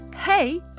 Hey